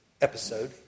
episode